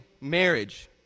marriage